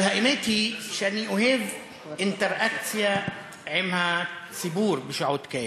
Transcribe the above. אבל האמת היא שאני אוהב אינטראקציה עם הציבור בשעות כאלה,